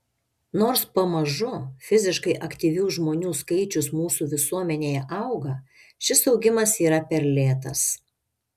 nors pamažu fiziškai aktyvių žmonių skaičius mūsų visuomenėje auga šis augimas yra per lėtas